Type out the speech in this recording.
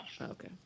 Okay